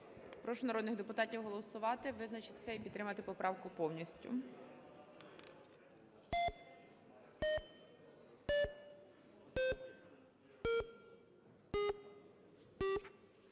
Прошу народних депутатів голосувати, визначитися і підтримати поправку повністю.